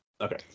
Okay